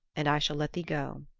and i shall let thee go.